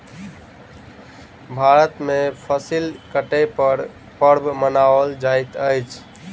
भारत में फसिल कटै पर पर्व मनाओल जाइत अछि